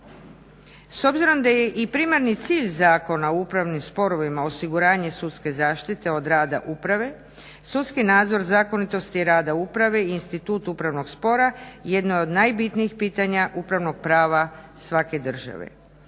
S obzirom da je i primarni cilj Zakona o upravnim sporovima osiguranje sudske zaštite od rada uprave, sudski nadzor zakonitosti rada uprave i institut upravnog spora jedno je od najbitnijih pitanja upravnog prava svake države.